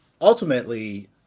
ultimately